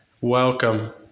welcome